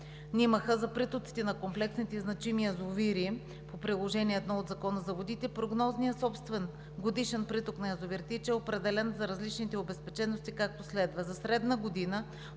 за притоците на комплексните и значими язовири по Приложение № 1 от Закона за водите прогнозният собствен годишен приток на язовир „Тича“ е определен за различните обезпечености, както следва: - за средна година